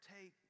take